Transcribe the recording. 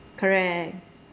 correct